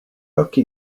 occhi